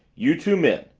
you two men,